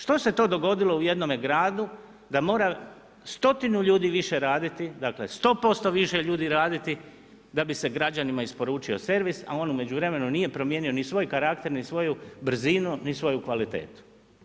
Što se to dogodilo u jednome gradu da mora stotinu ljudi više raditi, dakle 100% više ljudi raditi da bi se građanima isporučio servis, a on u međuvremenu nije promijenio ni svoj karakter, ni svoju brzinu, ni svoju kvalitetu.